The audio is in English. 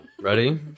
ready